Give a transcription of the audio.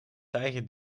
tijdje